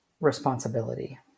responsibility